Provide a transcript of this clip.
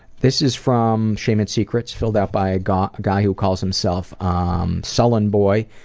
this is from shame and secrets, filled out by a guy guy who calls himself um sullen boy.